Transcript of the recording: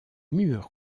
murs